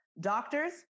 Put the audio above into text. doctors